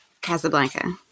Casablanca